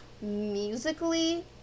musically